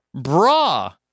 bra